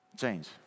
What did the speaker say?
Change